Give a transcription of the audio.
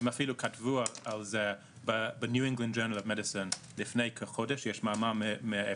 הם אפילו כתבו על זה לפני כחודש, יש מאמר על זה.